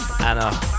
Anna